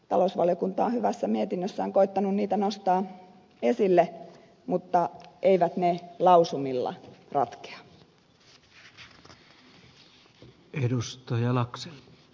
talousvaliokunta on hyvässä mietinnössään koettanut niitä nostaa esille mutta eivät ne lausumilla ratkea